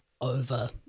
over